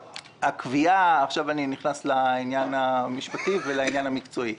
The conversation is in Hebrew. עכשיו אני נכנס לעניין המשפטי ולעניין המקצועי.